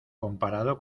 comparado